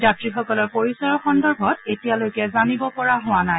যাত্ৰীসকলৰ পৰিচয়ৰ সন্দৰ্ভত এতিয়ালৈকে জানিব পৰা হোৱা নাই